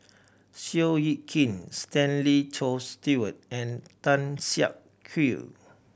Seow Yit Kin Stanley Tofts Stewart and Tan Siak Kew